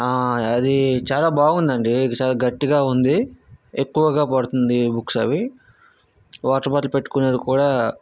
అది చాలా బాగుంది అండి చాలా గట్టిగా ఉంది ఎక్కువగా పడుతుంది బుక్స్ అవి వాటర్ బాటిల్ పెట్టుకునేది కూడా